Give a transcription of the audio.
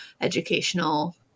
educational